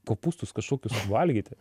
kopūstus kažkokius valgyti